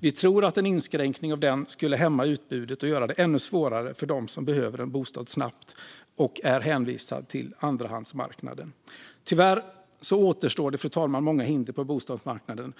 Vi tror att en inskränkning av denna rätt skulle hämma utbudet och göra det ännu svårare för dem som behöver en bostad snabbt och är hänvisade till andrahandsmarknaden. Tyvärr, fru talman, återstår det många hinder på bostadsmarknaden.